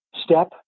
Step